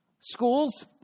Schools